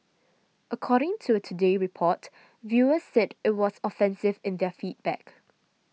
according to a Today Report viewers said it was offensive in their feedback